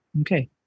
Okay